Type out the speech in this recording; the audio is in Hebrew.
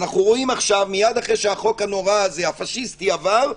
מייד אחרי שהחוק הנורא הזה, הפשיסטי עבר,